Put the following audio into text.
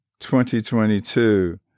2022